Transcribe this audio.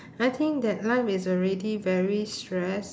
I think that life is already very stress